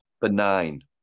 benign